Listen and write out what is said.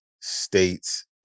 states